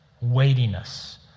weightiness